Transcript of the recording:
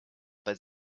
but